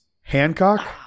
Hancock